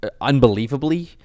unbelievably